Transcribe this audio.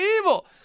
evil